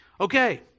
Okay